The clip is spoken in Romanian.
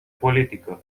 politică